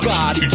God